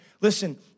Listen